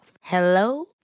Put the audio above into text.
Hello